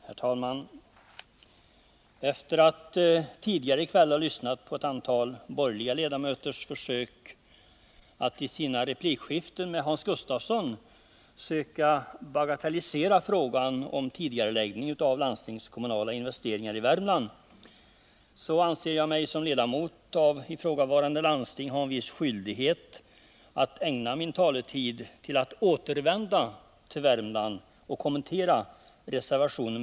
Herr talman! Efter att tidigare i kväll ha lyssnat på ett antal borgerliga ledamöters försök att i sina replikskiften med Hans Gustafsson bagatellisera frågan om tidigareläggning av landstingskommunala investeringar i Värmland, anser jag mig som ledamot av ifrågavarande landsting ha en viss skyldighet att använda min taletid till att återvända till Värmland och kommentera reservation 4.